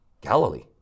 Galilee